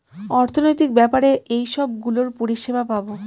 অর্থনৈতিক ব্যাপারে এইসব গুলোর পরিষেবা পাবো